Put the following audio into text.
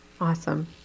Awesome